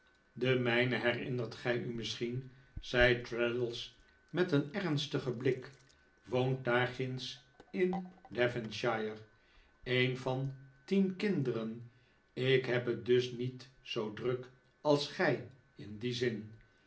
de mijne herinnert gij u misschien zei traddles met een ernstigen blik woont daarginds in devonshire een van tien kinderen ik heb het dus niet zoo druk als gij in dien zin